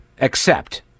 accept